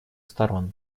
сторон